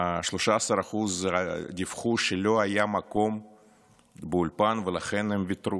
13% דיווחו שלא היה מקום באולפן, ולכן הם ויתרו.